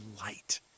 light